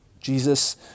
Jesus